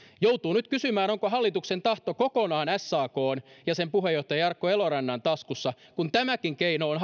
joutuu nyt kysymään onko hallituksen tahto kokonaan sakn ja sen puheenjohtaja jarkko elorannan taskussa kun tämäkin keino on